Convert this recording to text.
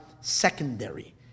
secondary